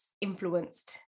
influenced